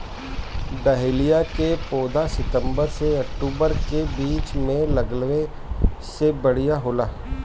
dahlia के पौधा सितंबर से अक्टूबर के बीच में लागावे से बढ़िया होला